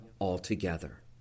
altogether